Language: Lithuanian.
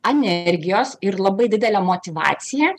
energijos ir labai didelę motyvaciją